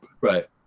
right